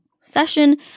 session